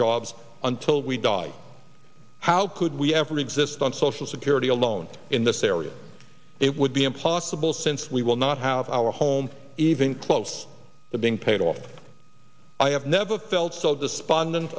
jobs until we die how could we ever exist on social security alone in this area it would be impossible since we will not have our home even close to being paid off i have never felt so despondent